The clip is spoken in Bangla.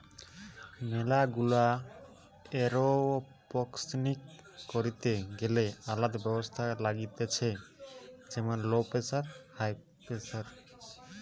ম্যালা গুলা এরওপনিক্স করিতে গ্যালে আলদা ব্যবস্থা লাগতিছে যেমন লো প্রেসার, উচ্চ প্রেসার